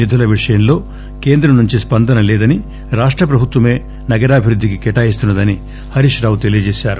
నిధుల విడుదల విషయంలో కేంద్రం నుంచి స్పందన లేదని రాష్టప్రభుత్వమే నగరాభివృద్ధికి కేటాయిస్తున్న దని హరీశ్ రావు తెలియచేశారు